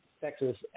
Texas